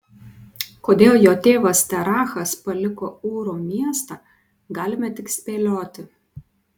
kodėl jo tėvas terachas paliko ūro miestą galime tik spėlioti